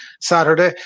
Saturday